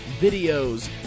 videos